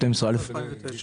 מבינה נכון,